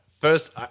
First